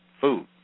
food